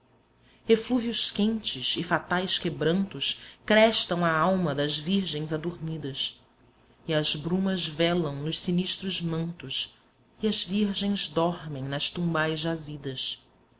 eflúvios quentes e fatais quebrantos crestam a alma das virgens adormidas e as brumas velam nos sinistros mantos e as virgens dormem nas tumbais jazidas